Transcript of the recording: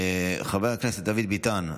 חבר הכנסת דוד ביטן,